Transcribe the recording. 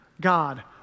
God